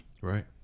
Right